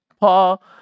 Paul